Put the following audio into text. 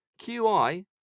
QI